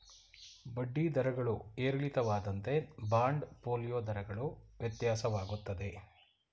ಬಡ್ಡಿ ದರಗಳು ಏರಿಳಿತವಾದಂತೆ ಬಾಂಡ್ ಫೋಲಿಯೋ ದರಗಳು ವ್ಯತ್ಯಾಸವಾಗುತ್ತದೆ